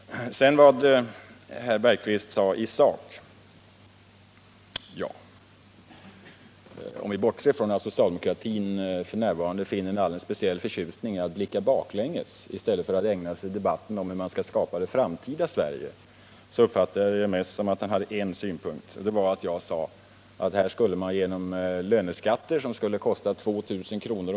Så till vad herr Bergqvist sade i sak. Om vi bortser från att socialdemokratin f.n. finner en alldeles speciell förtjusning i att blicka baklänges i stället för att ägna debatten åt hur man skall skapa det framtida Sverige, uppfattade jag honom så, att han mest hade en enda synpunkt. Jag sade, menade han, att här skulle man lägga löneskatter, som skulle kosta 2000 kr.